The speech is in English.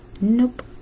Nope